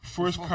First